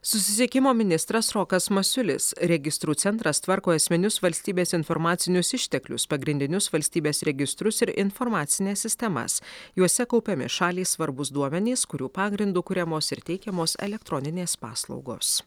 susisiekimo ministras rokas masiulis registrų centras tvarko esminius valstybės informacinius išteklius pagrindinius valstybės registrus ir informacines sistemas juose kaupiami šaliai svarbūs duomenys kurių pagrindu kuriamos ir teikiamos elektroninės paslaugos